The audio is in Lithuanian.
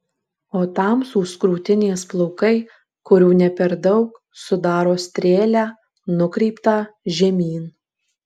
o tamsūs krūtinės plaukai kurių ne per daug sudaro strėlę nukreiptą žemyn